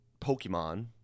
Pokemon